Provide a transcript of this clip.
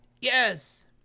Yes